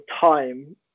time